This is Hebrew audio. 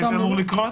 מתי זה אמור לקרות?